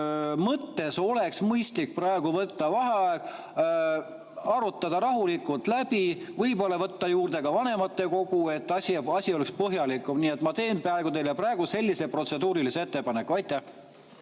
mõttes oleks mõistlik praegu võtta vaheaeg, arutada [see olukord] rahulikult läbi, võib-olla võtta juurde ka vanematekogu, et asi oleks põhjalikum. Nii et ma teen teile praegu sellise protseduurilise ettepaneku. Aitäh,